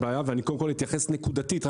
מי שרוצה להקים חווה סולארית של עשר קילו